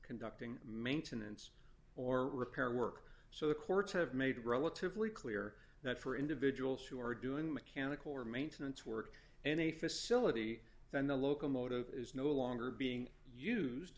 conducting maintenance or repair work so the courts have made relatively clear that for individuals who are doing mechanical or maintenance work and a facility then the locomotive is no longer being used